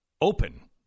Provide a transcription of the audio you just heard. open